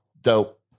dope